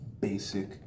basic